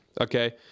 Okay